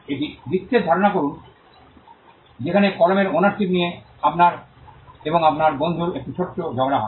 একটি দৃশ্যের ধারনা করুন যেখানে কলমের ওনারশিপ নিয়ে আপনার এবং আপনার বন্ধুর একটি ছোট্ট ঝগড়া হয়